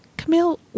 Camille